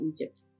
Egypt